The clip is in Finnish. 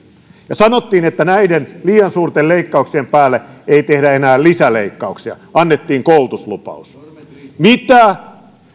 ja sanottiin että näiden liian suurten leikkauksien päälle ei tehdä enää lisäleikkauksia annettiin koulutuslupaus